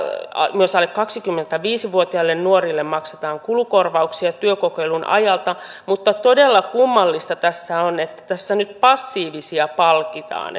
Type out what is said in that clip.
myös alle kaksikymmentäviisi vuotiaille nuorille maksetaan kulukorvauksia työkokeilun ajalta mutta todella kummallista tässä on että tässä nyt passiivisia palkitaan